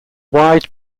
wide